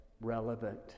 relevant